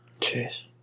Jeez